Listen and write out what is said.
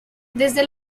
desde